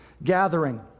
gathering